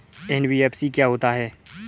NBFC क्या होता है?